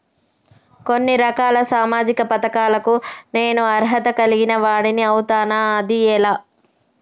కొన్ని రకాల సామాజిక పథకాలకు నేను అర్హత కలిగిన వాడిని అవుతానా? అది ఎలా?